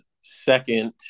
second